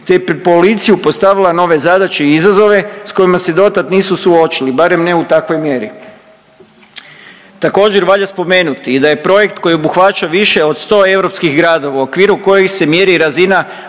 te je pred policiju nove zadaće i izazove s kojima se do tad nisu suočili, barem ne u takvoj mjeri. Također valja spomenuti i da je projekt koji obuhvaća više od 100 europskih gradova u okviru kojih se mjeri razina